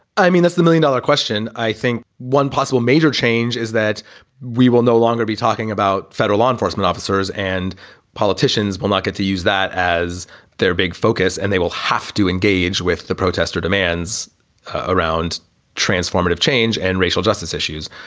i mean, that's the million dollar question. i think one possible major change is that we will no longer be talking about federal law enforcement officers and politicians on. i get to use that as their big focus and they will have to engage with the protesters demands around transformative change and racial justice issues,